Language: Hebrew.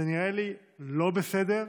זה נראה לי לא בסדר.